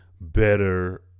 better